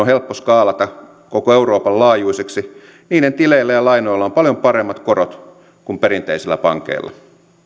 helppo skaalata koko euroopan laajuisiksi niiden tileillä ja lainoilla on paljon paremmat korot kuin perinteisillä pankeilla